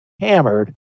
hammered